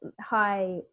high